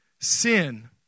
sin